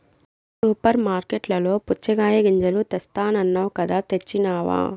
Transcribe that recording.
super మార్కట్లలో పుచ్చగాయ గింజలు తెస్తానన్నావ్ కదా తెచ్చినావ